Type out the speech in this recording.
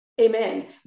Amen